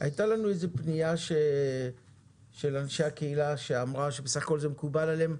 הייתה לנו איזו פנייה של אנשי הקהילה שאמרה שבסך הכול זה מקובל עליהם,